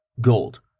Gold